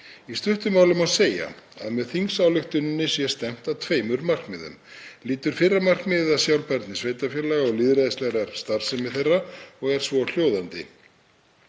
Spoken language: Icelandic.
Í stuttu máli má segja að með þingsályktuninni sé stefnt að tveimur markmiðum. Lýtur fyrra markmiðið að sjálfbærni sveitarfélaga og lýðræðislegri starfsemi þeirra og er svohljóðandi: